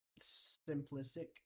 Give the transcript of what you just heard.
simplistic